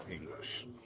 English